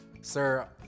Sir